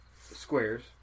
squares